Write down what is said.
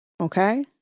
Okay